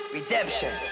redemption